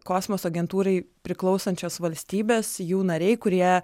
kosmoso agentūrai priklausančios valstybės jų nariai kurie